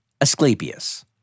Asclepius